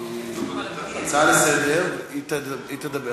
זו הצעה לסדר-היום,